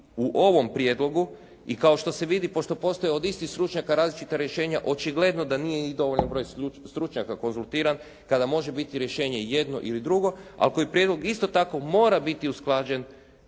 u ovom prijedlogu i kao što se vidi pošto postoje od istih stručnjaka različita rješenja očigledno da nije i dovoljan broj stručnjaka konzultiran kada može biti rješenje jedno ili drugo, a koji prijedlog isto tako mora biti usklađen